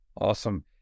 Awesome